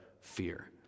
fear